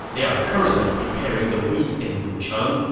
they are currently preparing the wheat in lucheng.